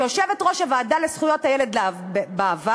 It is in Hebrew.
כיושבת-ראש הוועדה לזכויות הילד בעבר.